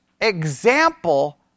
example